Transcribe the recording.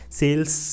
sales